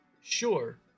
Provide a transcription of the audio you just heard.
sure